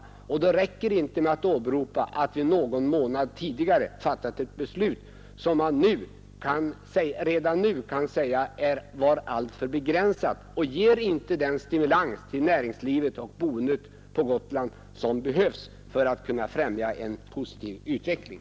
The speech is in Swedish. Då räcker det inte med att åberopa att vi någon månad tidigare har fattat ett beslut som man redan nu kan säga var alltför begränsat och inte ger den stimulans till näringslivet och boendet på Gotland som behövs för att främja en positiv utveckling.